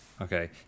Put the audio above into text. Okay